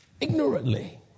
ignorantly